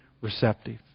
receptive